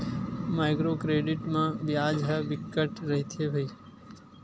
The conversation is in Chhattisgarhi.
माइक्रो क्रेडिट म बियाज ह बिकट रहिथे भई